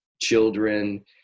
children